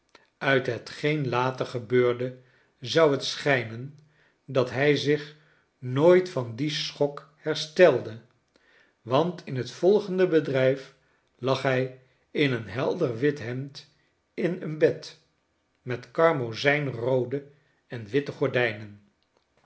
uit hetgeen later gebeurde zou het schijnen dat hij zich nooit van dien schok herstelde want inhetvolgende bedrijf lag h in een helder hemd in een bed met karmozijnroode en